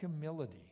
humility